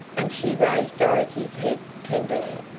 and she raised dorothy's head tenderly.